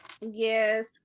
yes